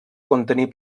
contenir